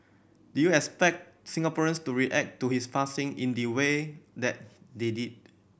did you expect Singaporeans to react to his passing in the way that they did